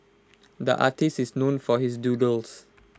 the artist is known for his doodles